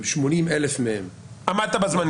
וב-80,000 מהם --- עמדת בזמנים.